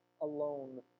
alone